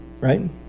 right